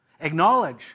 acknowledge